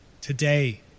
Today